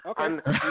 Okay